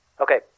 Okay